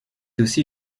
aussi